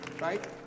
right